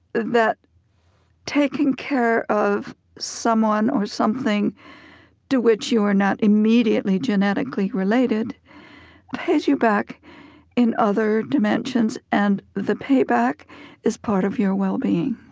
that taking care of someone or something to which you are not immediately genetically related pays you back in other dimensions, and the payback is part of your well-being.